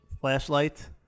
flashlight